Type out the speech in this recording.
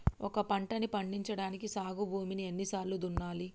ఒక పంటని పండించడానికి సాగు భూమిని ఎన్ని సార్లు దున్నాలి?